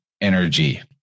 energy